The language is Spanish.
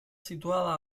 situada